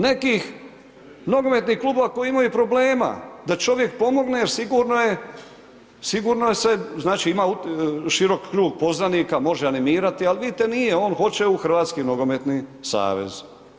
Nekih nogometnih klubova koji imaju problema da čovjek pomogne jer sigurno je, sigurno se, znači ima širok krug poznanika, može animirati, al' vidite nije, on hoće u Hrvatski nogometni savez.